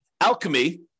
alchemy